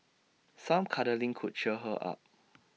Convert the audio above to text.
some cuddling could cheer her up